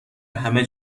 همه